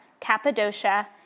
Cappadocia